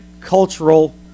cultural